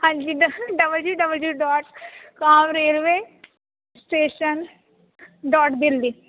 ਹਾਂਜੀ W W dot com railway station dot Delhi